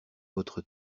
votre